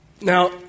Now